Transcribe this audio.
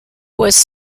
was